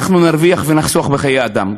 אנחנו נרוויח ונחסוך בחיי אדם.